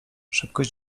szybkość